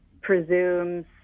presumes